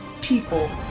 people